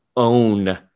own